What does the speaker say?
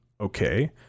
okay